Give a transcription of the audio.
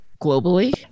globally